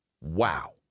Wow